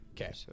Okay